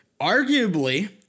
arguably